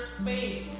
space